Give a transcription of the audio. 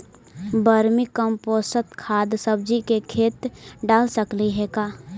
Vermi compost खाद सब्जी के खेत दाल सकली हे का?